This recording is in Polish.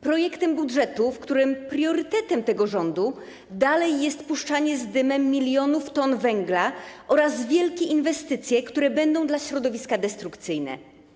Projektem budżetu, w którym priorytetem rządu dalej jest puszczanie z dymem milionów ton węgla oraz wielkie inwestycje, które będą dla środowiska destrukcyjne.